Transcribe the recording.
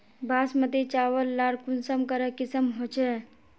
बासमती चावल लार कुंसम करे किसम होचए?